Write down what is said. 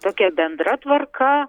tokia bendra tvarka